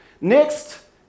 Next